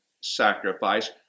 sacrifice